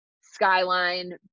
skyline